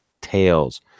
tails